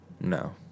No